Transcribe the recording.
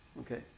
Okay